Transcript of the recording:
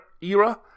era